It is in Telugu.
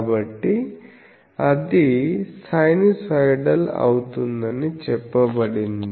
కాబట్టి అది సైనూసోయిడల్ అవుతుందని చెప్పబడింది